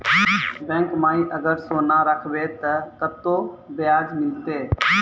Bank माई अगर सोना राखबै ते कतो ब्याज मिलाते?